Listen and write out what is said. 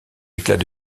éclats